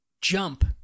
jump